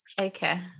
Okay